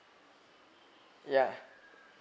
yeah